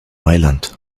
mailand